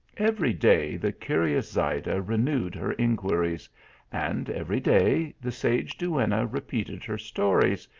every day the curious zayda renewed her in quiries and every day the sage duenna repeated her stories,